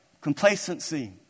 Complacency